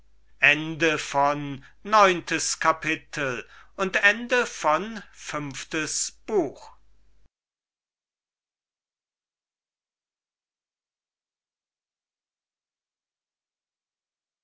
neuntes kapitel ein